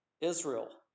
Israel